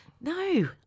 no